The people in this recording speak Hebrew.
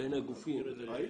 שתי נקודות שצריך